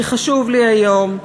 כי חשוב לי היום,